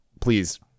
Please